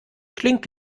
klingt